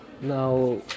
now